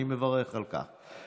אני מברך על כך.